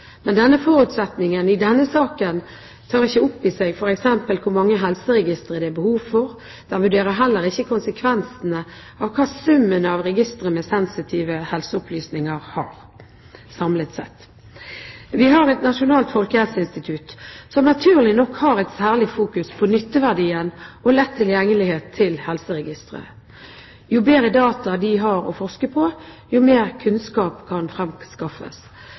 Men denne forutsetningen i denne saken tar ikke opp i seg f.eks. hvor mange helseregistre det er behov for. Den vurderer heller ikke hvilke konsekvenser summen av registre med sensitive helseopplysninger har samlet sett. Vi har et Nasjonalt folkehelseinstitutt som naturlig nok har et særlig fokus på nytteverdien og lett tilgjengelighet til helseregistre. Jo bedre data de har å forske på, jo mer kunnskap kan